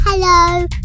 Hello